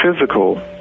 physical